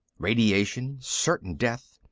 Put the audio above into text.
radiation, certain death,